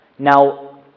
Now